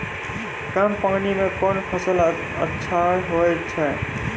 कम पानी म कोन फसल अच्छाहोय छै?